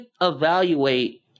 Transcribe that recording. evaluate